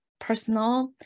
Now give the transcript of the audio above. personal